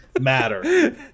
matter